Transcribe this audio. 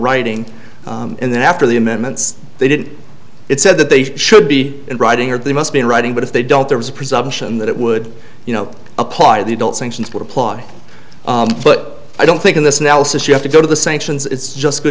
writing and then after the amendments they did it said that they should be in writing or they must be in writing but if they don't there was a presumption that it would you know apply they don't sanctions would apply but i don't think in this analysis you have to go to the sanctions it's just good